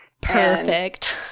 Perfect